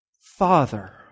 Father